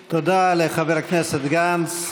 תודה, לחבר הכנסת גנץ.